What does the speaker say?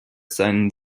seinen